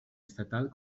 estatal